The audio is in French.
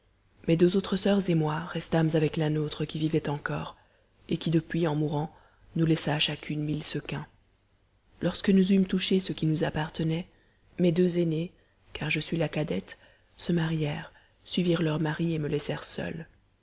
mes deux autres soeurs et moi restâmes avec la nôtre qui vivait encore et qui depuis en mourant nous laissa à chacune mille sequins lorsque nous eûmes touché ce qui nous appartenait mes deux aînés car je suis la cadette se marièrent suivirent leurs maris et me laissèrent seule